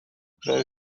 there